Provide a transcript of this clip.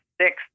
six